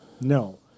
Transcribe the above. No